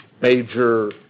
major